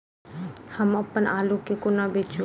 हम अप्पन आलु केँ कोना बेचू?